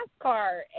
NASCAR